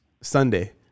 Sunday